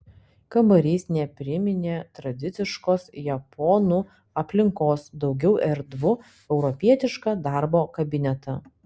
kambarys nepriminė tradiciškos japonų aplinkos daugiau erdvų europietišką darbo kabinetą